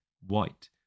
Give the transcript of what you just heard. white